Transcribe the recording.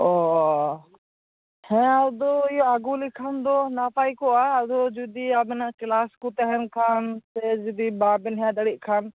ᱚᱸᱻ ᱦᱮᱸ ᱟᱫᱚ ᱟᱹᱜᱩ ᱞᱮᱠᱷᱟᱱ ᱫᱚ ᱱᱟᱯᱟᱭ ᱠᱚᱜᱼᱟ ᱟᱫᱚ ᱡᱩᱫᱤ ᱟᱵᱮᱱᱟᱜ ᱠᱞᱟᱥ ᱠᱚ ᱛᱟᱦᱮᱱ ᱠᱷᱟᱱ ᱥᱮ ᱡᱩᱫᱤ ᱵᱟᱵᱮᱱ ᱦᱮᱡ ᱫᱟᱲᱮᱜ ᱠᱷᱟᱱ